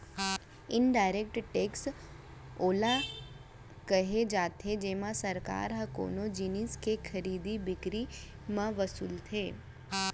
indirect tax ओला केहे जाथे जेमा सरकार ह कोनो जिनिस के खरीदी बिकरी म वसूलथे